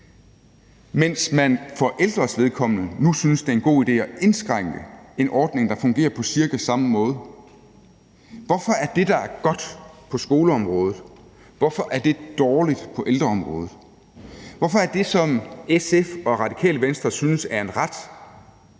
mens man for de ældres vedkommende nu synes, at det er en god idé at indskrænke en ordning, der fungerer på cirka samme måde. Hvorfor er det, der er godt på skoleområdet, dårligt på ældreområdet? Hvorfor synes SF og Radikale Venstre, at det, der er en